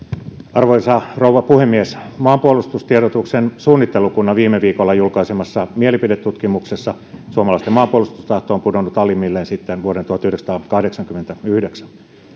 arvoisa rouva puhemies maanpuolustustiedotuksen suunnittelukunnan viime viikolla julkaisemassa mielipidetutkimuksessa suomalaisten maanpuolustustahto on pudonnut alimmilleen sitten vuoden tuhatyhdeksänsataakahdeksankymmentäyhdeksän